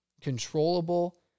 controllable